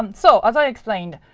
um so as i explained,